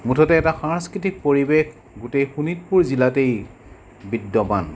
মুঠতে এটা সাংস্কৃতিক পৰিৱেশ গোটেই শোণিতপুৰ জিলাতেই বিদ্যমান